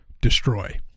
destroy